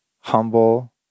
humble